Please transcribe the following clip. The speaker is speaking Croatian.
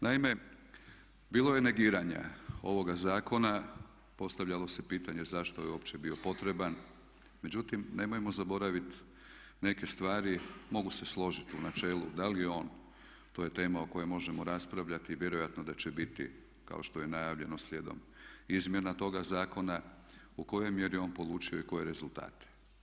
Naime, bilo je negiranja ovoga zakona, postavljalo se pitanje zašto je opće bio potreban, međutim nemojmo zaboraviti neke stvari, mogu se složiti u načelu da li je on, to je tema o kojoj možemo raspravljati i vjerojatno da će biti kao što je najavljeno slijedom izmjena toga zakona u kojoj mjeri je on polučio i koje rezultate.